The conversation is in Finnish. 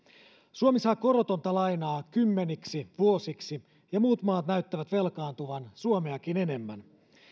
suomi saa korotonta lainaa kymmeniksi vuosiksi ja muut maat näyttävät velkaantuvan suomeakin enemmän